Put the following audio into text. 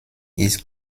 ist